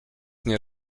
nie